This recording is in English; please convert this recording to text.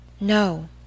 No